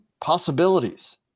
possibilities